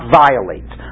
violate